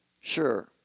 Sure